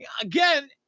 Again